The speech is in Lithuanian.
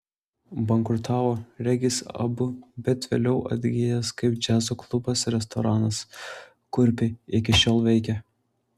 bankrutavo regis abu bet vėliau atgijęs kaip džiazo klubas restoranas kurpiai iki šiol veikia